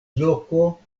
loko